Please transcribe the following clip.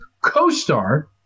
co-star